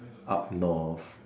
up North